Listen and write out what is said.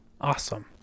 Awesome